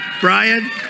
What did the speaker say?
Brian